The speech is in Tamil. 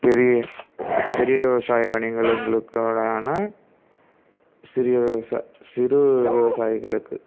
பெரிய பெரிய விவசாய வணிகங்களுங்ளுக்கான சிறிய விவசாயி சிறு விவசாயிகளுக்கு